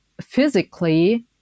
physically